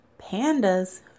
pandas